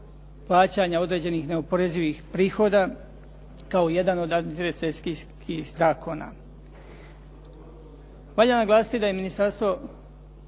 plaćanja određenih neoporezivih prihoda, kao jedan od antirecesijskih zakona.